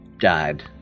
died